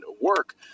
work